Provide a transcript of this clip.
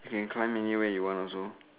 you can climb anywhere you want also